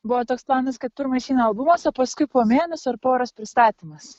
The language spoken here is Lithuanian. buvo toks planas kad pirma išeina albumas o paskui po mėnesio ar poros pristatymas